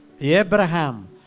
Abraham